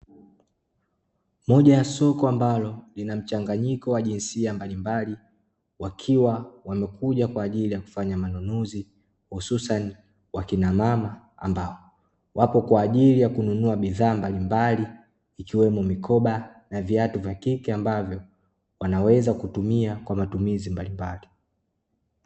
Moja ya soko ambalo lina mchanganyiko wa jinsia mbalimbali, wakiwa wamekuja kwa ajili ya kufanya manunuzi, hususani wakina mama ambao wapo kwa ajili ya kununua bidhaa mbalimbali ikiwemo mikoba na viatu vya kike, ambavyo wanaweza kutumia kwa matumizi mbalimbali.